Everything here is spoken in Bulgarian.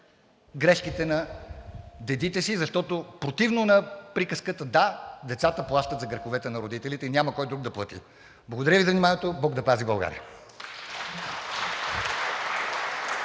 грешките на дедите си, защото – да, децата плащат за греховете на родителите си и няма кой друг да плати. Благодаря Ви за вниманието. Бог да пази България!